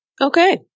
Okay